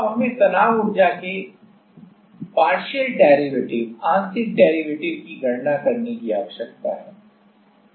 अब हमें तनाव ऊर्जा के आंशिक डेरीवेटिव की गणना करने की आवश्यकता है